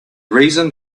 reason